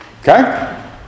Okay